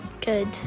Good